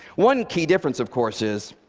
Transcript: one key difference, of course, is